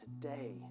today